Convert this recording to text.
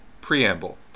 Preamble